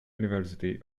university